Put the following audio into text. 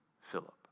Philip